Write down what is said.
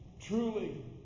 Truly